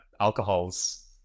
alcohols